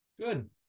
Good